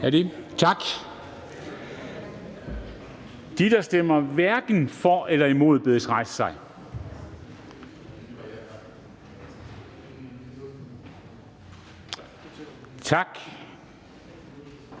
Tak. De, der stemmer hverken for eller imod, bedes rejse sig. Tak.